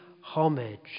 homage